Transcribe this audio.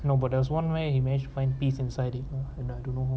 no but there was one man he managed to find peace inside it and I don't know how